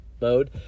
mode